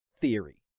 theory